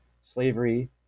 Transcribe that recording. slavery